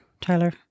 Tyler